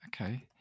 okay